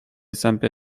zęby